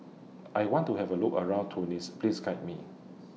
I want to Have A Look around Tunis Please Guide Me